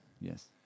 Yes